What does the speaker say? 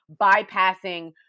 bypassing